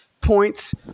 points